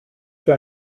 für